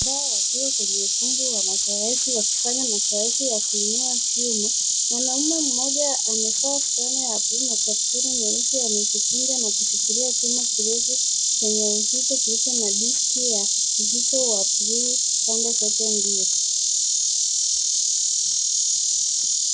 Wanaume wakiwa kwenye ukumbi wa mazoezi wakifanya mazoezi ya kuinua vyuma. Mwanaume mmoja amevaa fulana ya buluu na kaptula nyeusi, akishikilia chuma chenye uzito kilicho na diski ya uzito wa buluu pande zote mbili.